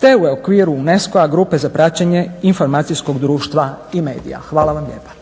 te u okviru UNESCO-a grupe za praćenje informacijskog društva i medija. Hvala vam lijepa.